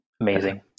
amazing